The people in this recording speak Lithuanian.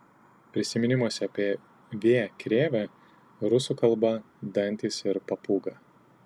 prisiminimuose apie v krėvę rusų kalba dantys ir papūga